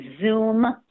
Zoom